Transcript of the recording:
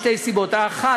משתי סיבות: האחת,